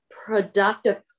productive